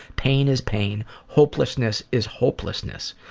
pain is pain. hopelessness is hopelessness.